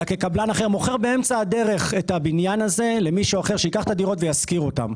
אלא למישהו אחר שייקח את הדירות וישכיר אותן.